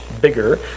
bigger